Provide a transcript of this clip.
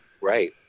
Right